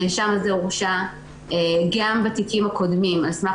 הנאשם הזה הורשע גם בתיקים הקודמים על סמך